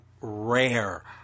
rare